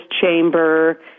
chamber